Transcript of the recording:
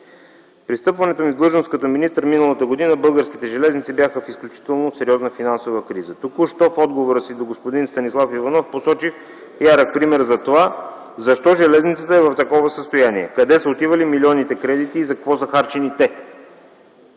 При встъпването ми в длъжност като министър миналата година Българските железници бяха в изключително сериозна финансова криза. Току-що в отговора си до господин Станислав Иванов посочих ярък пример за това: защо железниците са в такова състояние, къде са отивали милионите кредити и за какво са харчени те?